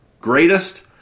greatest